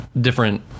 different